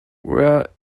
were